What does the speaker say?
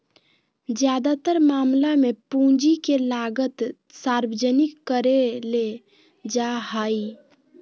ज्यादातर मामला मे पूंजी के लागत सार्वजनिक करले जा हाई